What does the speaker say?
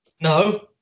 No